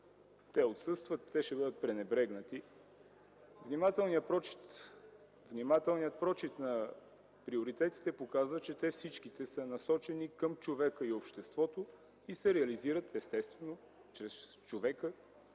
те отсъстват, ще бъдат пренебрегнати. Внимателният прочит на приоритетите показва, че всички те са насочени към човека и обществото и се реализират естествено чрез човека